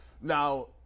Now